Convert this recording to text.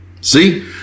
See